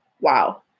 Wow